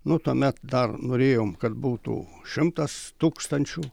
nu tuomet dar norėjom kad būtų šimtas tūkstančių